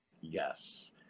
Yes